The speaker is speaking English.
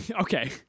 okay